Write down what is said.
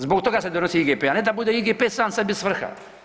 Zbog toga se donosi IGP, a ne da bude IGP sam sebi svrha.